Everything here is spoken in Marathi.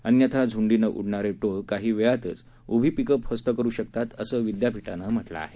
अन्यथा झूंडीनं उडणारे टोळ काही वेळातच उभी पिकं फस्त करु शकतात असं विद्यापीठानं म्हटलं आहे